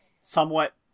somewhat